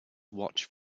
watch